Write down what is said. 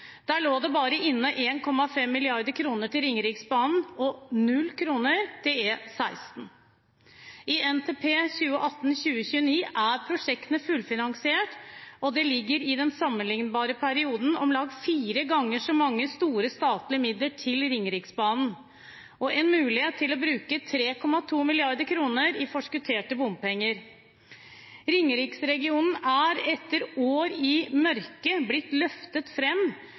Der lå det inne bare 1,5 mrd. kr til Ringeriksbanen og null kroner til E16. I NTP 2018–2029 er prosjektene fullfinansiert, og det ligger i den sammenlignbare perioden om lag fire ganger så store statlige midler til Ringeriksbanen, og mulighet til å bruke 3,2 mrd. kr i forskutterte bompenger på E16. Ringeriksregionen er etter år i mørket blitt løftet